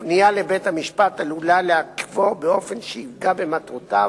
ופנייה אל בית-המשפט עלולה לעכבו באופן שיפגע במטרותיו,